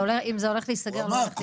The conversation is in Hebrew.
אם זה הולך להיסגר, זה הולך להיסגר?